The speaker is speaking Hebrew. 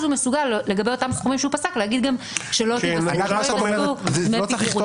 אז הוא מסוגל לגבי אותם סכומים שהוא פסק להגיד שלא --- זה ממילא